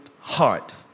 heart